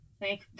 Thank